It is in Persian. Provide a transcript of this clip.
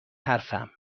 حرفم